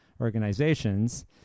organizations